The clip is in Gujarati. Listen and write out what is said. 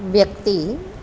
વ્યક્તિ